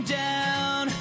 down